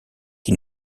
qui